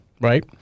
right